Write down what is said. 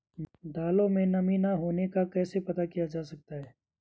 दालों में नमी न होने का कैसे पता किया जा सकता है?